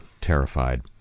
terrified